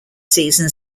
season